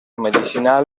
medicinal